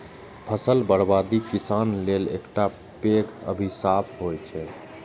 फसल बर्बादी किसानक लेल एकटा पैघ अभिशाप होइ छै